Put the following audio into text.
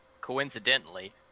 coincidentally